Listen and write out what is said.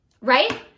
Right